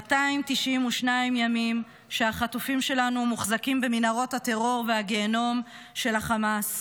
292 ימים החטופים שלנו מוחזקים במנהרות הטרור והגיהינום של חמאס,